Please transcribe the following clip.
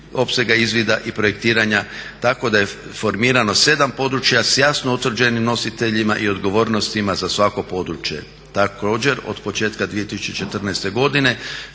izvida i projektiranja tako da je formirano 7 područja s jasno utvrđenim nositeljima i odgovornostima za svako područje. Također od početka 2014.godine